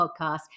podcast